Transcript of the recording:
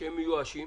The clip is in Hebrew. שהם מיואשים.